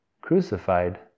crucified